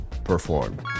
perform